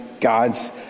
God's